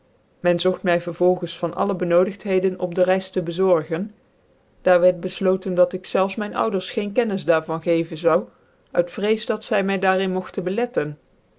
men zogt my vervolgens van alle bcnodigtheden op dc reis te bezorgen daar wierd beflooten dat ik zelfs myn ouders geen kennis daar van geven zoude uit vrees dat zy my daar in mogtcn beletten